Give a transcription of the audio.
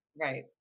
Right